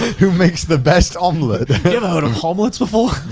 who makes the best omelet. you ever heard of omelets before?